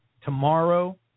tomorrow